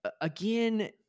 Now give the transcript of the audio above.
Again